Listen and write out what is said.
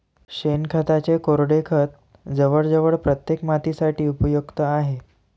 शेणखताचे कोरडे खत जवळजवळ प्रत्येक मातीसाठी उपयुक्त आहे